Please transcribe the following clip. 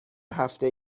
هفته